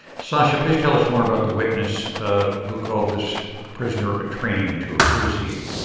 sacha, please tell us more about the witness ah who called this prisoner a training tool. who was he?